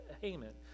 Haman